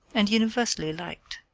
and universally liked.